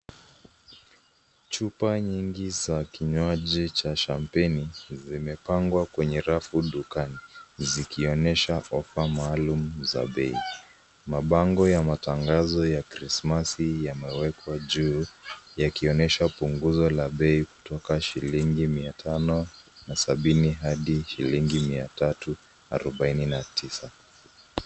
Chupa nyingi za kinywaji cha shampeni zimepangwa kwenye rafu dukani zikionyesha ofa maalum za bei. Mabango ya matangazo ya krismasi yamewekwa juu yakionyesha punguzo la bei kutoka shilingi mia tano na sabini hadi shilingi mia tatu, arobaini na tisa